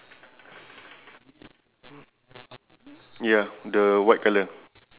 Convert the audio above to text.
I think now now it's thirteen minutes already right at your computer